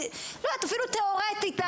לא יודעת, אפילו תיאורטית.